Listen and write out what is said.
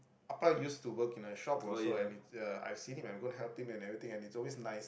appa use to work in a shop also and it's uh I've seen him at work helping and everything and it's always nice